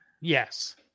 Yes